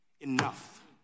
Enough